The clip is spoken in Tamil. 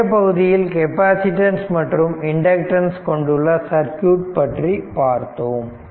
முந்தைய பகுதியில் கெப்பாசிட்டன்ஸ் மற்றும் இண்டக்டன்ஸ கொண்டுள்ள சர்க்யூட் பற்றி பார்த்தோம்